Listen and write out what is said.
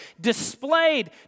displayed